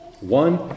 One